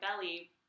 belly